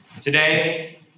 Today